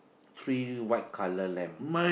three white colour lamb